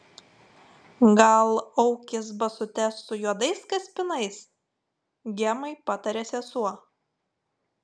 gal aukis basutes su juodais kaspinais gemai patarė sesuo